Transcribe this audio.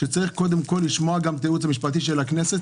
שצריך קודם כל לשמוע גם את הייעוץ המשפטי של הכנסת,